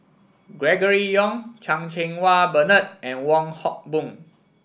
Gregory Yong Chan Cheng Wah Bernard and Wong Hock Boon